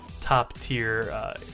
top-tier